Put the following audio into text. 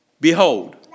Behold